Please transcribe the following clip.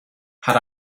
had